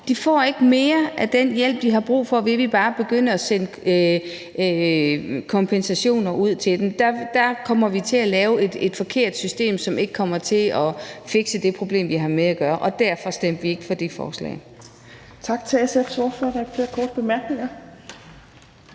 De får ikke mere af den hjælp, de har brug for, ved at vi bare begynder at sende kompensationer ud til dem. Der kommer vi til at lave et forkert system, som ikke kommer til at fikse det problem, vi har med at gøre, og derfor stemte vi ikke for det forslag.